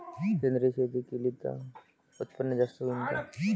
सेंद्रिय शेती केली त उत्पन्न जास्त होईन का?